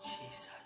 Jesus